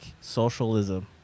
socialism